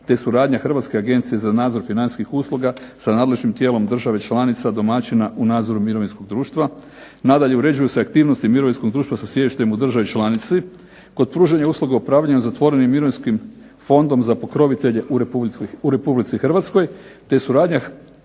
te suradnja Hrvatske agencije za nadzor financijskih usluga sa nadležnim tijelom države članica domaćina u nadzoru mirovinskog društva, nadalje uređuju se aktivnosti mirovinskog društva sa sjedištem u državi članici, kod pružanja usluga upravljanja zatvorenim mirovinskim fondom za pokrovitelje u Republici Hrvatskoj, te suradnja HANFA-e, dakle Hrvatske agencije za nadzor financijskih usluga